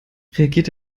reagiert